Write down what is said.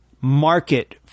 market